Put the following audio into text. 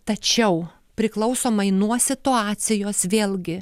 tačiau priklausomai nuo situacijos vėlgi